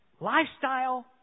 lifestyle